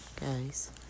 guys